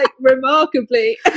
remarkably